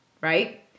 right